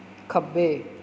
ਖੱਬੇ